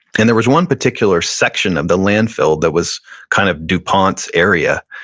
and there was one particular section of the landfill that was kind of dupont's area.